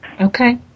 Okay